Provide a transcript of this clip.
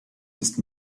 ist